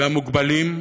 והמוגבלים,